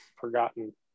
forgotten